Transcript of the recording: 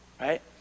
right